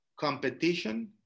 Competition